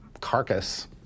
Carcass